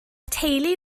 teulu